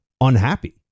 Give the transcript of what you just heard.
unhappy